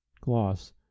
Gloss